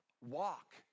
walk